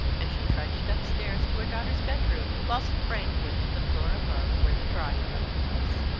and she trudged upstairs to her daughter's bedroom, whilst frank went to the floor above, where the draw ing-room was.